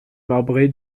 marbrée